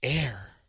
air